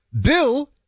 Bill